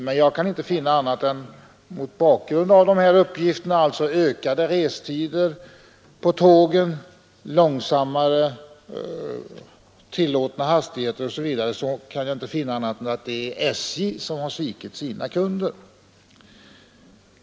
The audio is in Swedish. Men mot bakgrund av de här uppgifterna — ökade restider på tågen, lägre tillåtna hastigheter osv. — kan jag inte finna annat än att det är SJ som har svikit sina kunder.